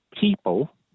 people